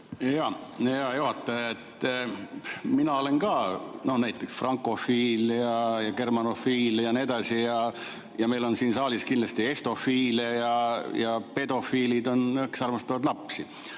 Hea juhataja! Mina olen näiteks frankofiil ja germanofiil ja nii edasi, ja meil on siin saalis kindlasti estofiile. Pedofiilid on need, kes armastavad lapsi.